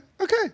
okay